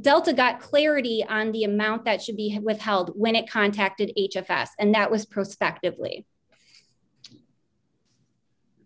delta got clarity on the amount that should be had withheld when it contacted h f s and that was prospectively